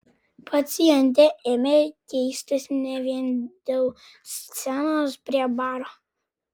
pacientė ėmė keistis ne vien dėl scenos prie baro